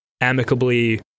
amicably